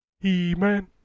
He-Man